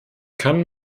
kann